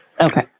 Okay